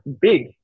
big